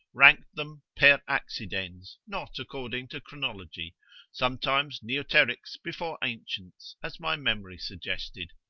ranked them per accidens, not according to chronology sometimes neoterics before ancients, as my memory suggested.